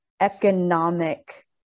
economic